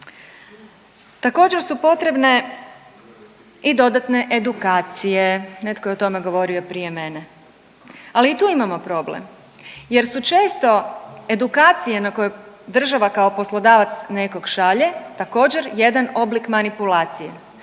Također su potrebne i dodatne edukacije, netko je o tome govorio prije mene, ali i tu imamo problem jer su često edukacije na koje država kao poslodavac nekog šalje također jedan oblik manipulacije,